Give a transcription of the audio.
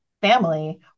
family